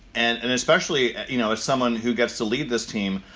and and especially, you know, as someone who gets to lead this team,